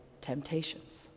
temptations